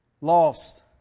Lost